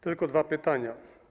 Tylko dwa pytania.